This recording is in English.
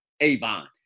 Avon